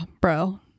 bro